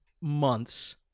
months